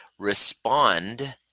Respond